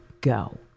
go